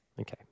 Okay